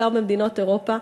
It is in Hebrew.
בעיקר במדינות אירופה.